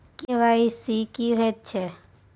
KYC की हय छै?